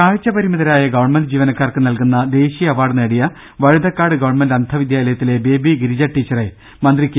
കാഴ്ചപരിമിതരായ government ജീവനക്കാർക്ക് നൽകുന്ന ദേശീയ അവാർഡ് നേടിയ വഴുതക്കാട് ഗവൺമെന്റ് അന്ധ വിദ്യാലയത്തിലെ ബേബി ഗിരിജ ടീച്ചറെ മന്ത്രി കെ